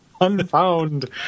unfound